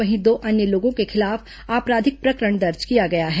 वहीं दो अन्य लोगों के खिलाफ आपराधिक प्रकरण दर्ज किया गया है